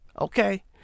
Okay